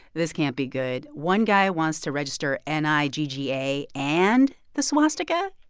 this can't be good. one guy wants to register n i g g a and the swastika?